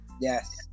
Yes